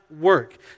work